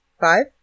Five